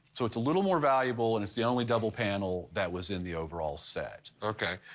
so it's a little more valuable, and it's the only double panel that was in the overall set. ok.